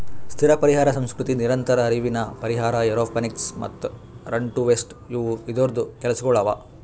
ಸ್ಥಿರ ಪರಿಹಾರ ಸಂಸ್ಕೃತಿ, ನಿರಂತರ ಹರಿವಿನ ಪರಿಹಾರ, ಏರೋಪೋನಿಕ್ಸ್ ಮತ್ತ ರನ್ ಟು ವೇಸ್ಟ್ ಇವು ಇದೂರ್ದು ಕೆಲಸಗೊಳ್ ಅವಾ